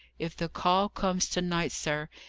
if the call comes to-night, sir,